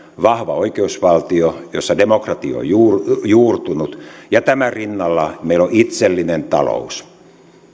vahva oikeusvaltio jossa demokratia on juurtunut ja tämän rinnalla meillä on itsellinen talous